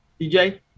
DJ